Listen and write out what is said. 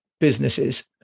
businesses